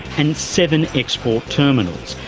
and seven export terminals,